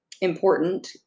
important